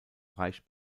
reicht